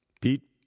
Pete